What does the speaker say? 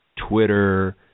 Twitter